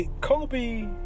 Kobe